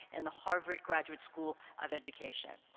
and the harvard graduate school of education.